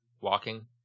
walking